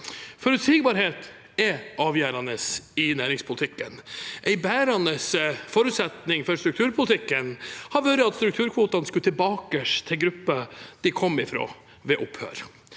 Forutsigbarhet er avgjørende i næringspolitikken. En bærende forutsetning for strukturpolitikken har vært at strukturkvotene skulle tilbake til grupper de kom fra ved opphør.